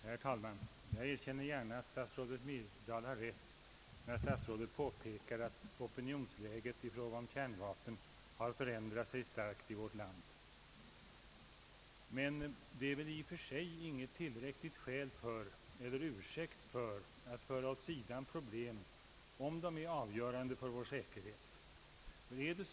Herr talman! Jag erkänner gärna att statsrådet Myrdal har rätt när hon påpekar att opinionsläget i fråga om kärnvapen har förändrats starkt i vårt land, men det är väl i och för sig inget tillräckligt skäl eller någon ursäkt för att skjuta problemet åt sidan, om det är avgörande för vår säkerhet.